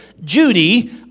Judy